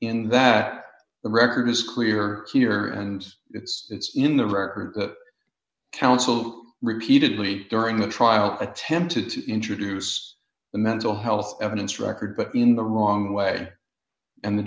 in that the record is clear here and it's in the record that counsel repeatedly during the trial attempted to introduce the mental health evidence record but in the wrong way and the